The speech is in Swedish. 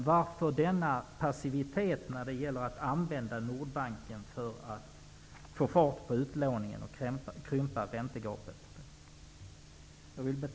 Varför denna passivitet när det gäller att använda Nordbanken för att få fart på utlåningen och krympa räntegapet?